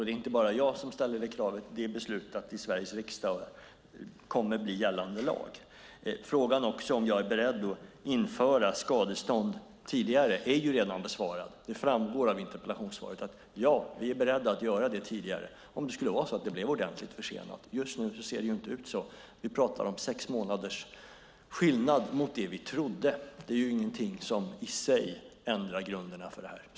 Det är inte bara jag som ställer krav utan det är beslutat i Sveriges riksdag och kommer att bli gällande lag. Frågan om jag är beredd att införa krav på skadestånd tidigare är redan besvarad. Det framgår av interpellationssvaret att vi är beredda att göra det tidigare om det blir ordentligt försenat. Just nu ser det inte ut så. Vi pratar om sex månaders skillnad mot det vi trodde. Det är ingenting som i sig ändrar grunderna för detta.